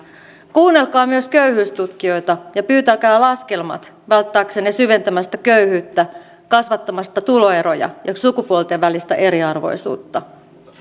kuunnelkaa myös köyhyystutkijoita ja pyytäkää laskelmat välttääksenne syventämästä köyhyyttä kasvattamasta tuloeroja ja sukupuolten välistä eriarvoisuutta